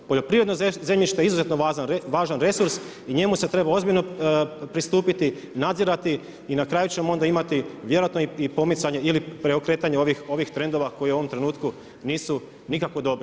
Poljoprivredno zemljište je izuzetno važan resurs i njemu se treba ozbiljno pristupiti, nadzirati i na kraju ćemo onda imati vjerojatno i pomicanje ili preokretanje ovih trendova koji u ovom trenutku nisu nikako dobri.